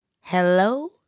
Hello